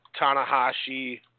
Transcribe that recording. Tanahashi